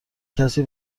کسی